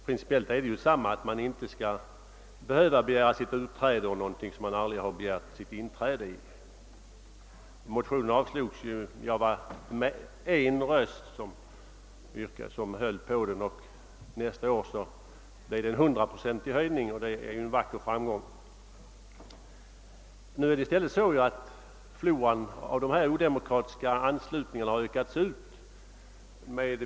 Principiellt gäller det ju samma sak, nämligen att man inte skall behöva begära sitt utträde ur en organisation som man aldrig har begärt inträde i. Min motion avslogs första året med alla röster utom en. Nästa år blev det en hundraprocentig ökning av antalet anhängare, och det var ju en vacker framgång! Nu har floran av odemokratiska anslutningar ökats ut.